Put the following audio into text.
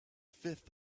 fifth